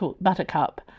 buttercup